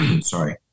sorry